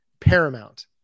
paramount